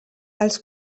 els